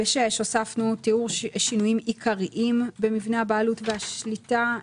ב-(6) הוספנו "תיאור שינויים עיקריים במבנה הבעלות והשליטה".